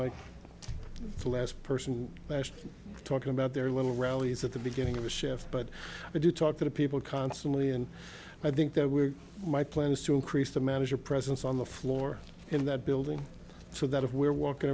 like the last person talking about their little rallies at the beginning of a shift but i do talk to the people constantly and i think that we're my plan is to increase the manager presence on the floor in that building so that if we're walking